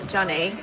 Johnny